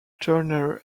turner